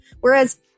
whereas